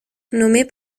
nommée